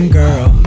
girl